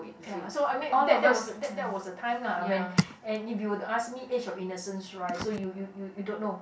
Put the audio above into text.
ya so I mean that that was that that was the time lah when and if you were to ask me age or innocence right so you you you don't know